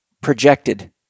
projected